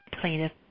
plaintiff